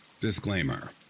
Disclaimer